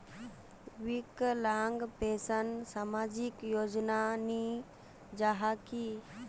विकलांग पेंशन सामाजिक योजना नी जाहा की?